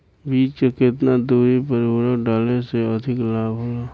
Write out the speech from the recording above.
बीज के केतना दूरी पर उर्वरक डाले से अधिक लाभ होला?